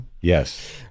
Yes